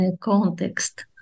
context